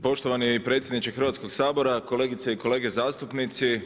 Poštovani predsjedniče Hrvatskoga sabora, kolegice i kolege zastupnici.